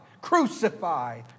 crucify